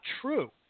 true